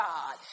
God